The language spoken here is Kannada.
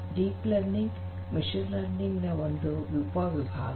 ಡೀಪ್ ಲರ್ನಿಂಗ್ ಮಷೀನ್ ಲರ್ನಿಂಗ್ ನ ಒಂದು ಉಪವಿಭಾಗ